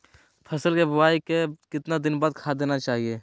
फसल के बोआई के कितना दिन बाद खाद देना चाइए?